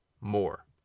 more